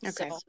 Okay